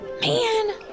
Man